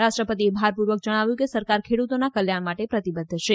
રાષ્ટ્રપતિએ ભારપૂર્વક જણાવ્યું કે સરકાર ખેડૂતોના કલ્યાણ માટે પ્રતિબધ્ધ છે